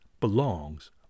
belongs